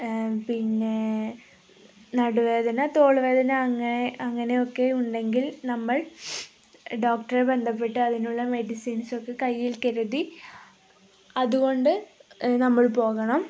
പിന്നെ നടുവേദന തോളുവേദന അങ്ങനെ അങ്ങനെയൊക്കെ ഉണ്ടെങ്കിൽ നമ്മൾ ഡോക്ടറെ ബന്ധപ്പെട്ട് അതിനുള്ള മെഡിസിൻസൊക്കെ കയ്യിൽ കരുതി അതുകൊണ്ട് നമ്മൾ പോകണം